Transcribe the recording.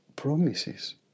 promises